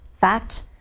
fact